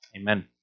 Amen